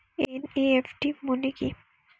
NEFT মনে কি?